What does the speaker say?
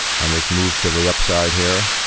on this move to the upside here,